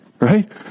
Right